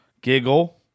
giggle